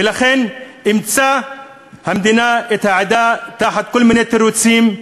ולכן אימצה המדינה את העדה תחת כל מיני תירוצים,